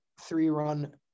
three-run